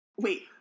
Wait